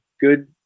good